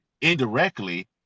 indirectly